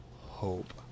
Hope